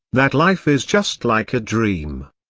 that life is just like a dream.